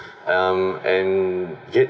um and get